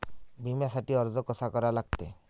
बिम्यासाठी अर्ज कसा करा लागते?